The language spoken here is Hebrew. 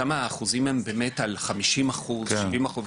שם האחוזים הם באמת על 50 או 70 אחוזים,